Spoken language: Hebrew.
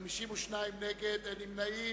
מי נגד, מי נמנע.